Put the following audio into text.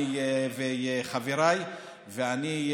חבריי ואני.